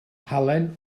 halen